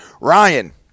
Ryan